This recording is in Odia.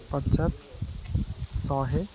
ପଚାଶ ଶହେ